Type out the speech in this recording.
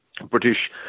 British